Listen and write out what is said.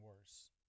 worse